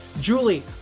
Julie